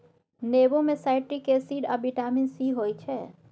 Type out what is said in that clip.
नेबो मे citric acid आ बिटामिन सी होइ छै